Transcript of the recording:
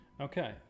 Okay